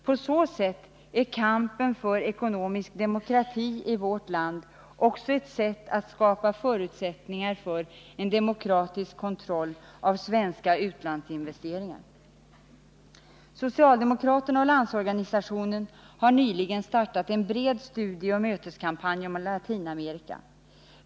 På så sätt är kampen för ekonomisk demokrati i vårt land också ett sätt att skapa förutsättningar för en demokratisk kontroll av svenska utlandsinvesteringar. Socialdemokraterna och LO har nyligen startat en bred studieoch möteskampanj om Latinamerika.